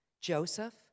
Joseph